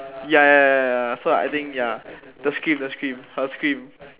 ya ya ya so I think ya the scream the scream her scream